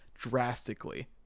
drastically